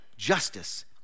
justice